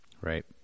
right